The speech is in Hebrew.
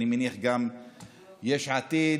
ואני מניח שגם יש עתיד